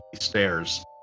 stairs